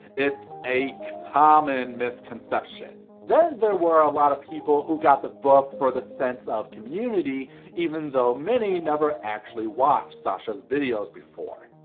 it's a common misconception. then there were a lot of people who got the book for the sense of community even thought many never actually watched sasha's videos before.